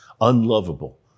unlovable